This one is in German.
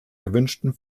gewünschten